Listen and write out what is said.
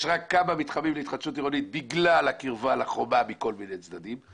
יש רק כמה מתחמים להתחדשות עירונית בגלל הקרבה לחומה מכל מיני צדדים,